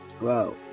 Wow